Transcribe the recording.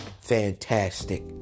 Fantastic